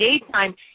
daytime